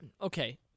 Okay